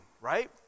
right